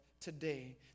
today